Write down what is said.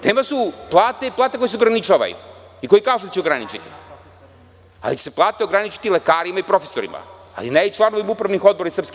Tema su plate i plate koje se ograničavaju i za koje kažu da će se ograničiti, ali će se plate ograničiti lekarima i profesorima, a ne članovima upravnih odbora SNS.